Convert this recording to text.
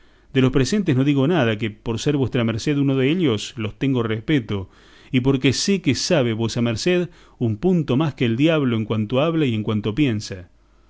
de los presentes no digo nada que por ser vuestra merced uno dellos los tengo respeto y porque sé que sabe vuesa merced un punto más que el diablo en cuanto habla y en cuanto piensa